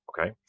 Okay